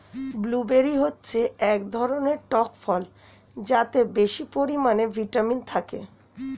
blueberry হচ্ছে এক ধরনের টক ফল যাতে বেশি পরিমাণে ভিটামিন থাকে